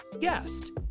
guest